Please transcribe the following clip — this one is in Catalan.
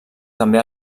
també